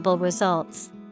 results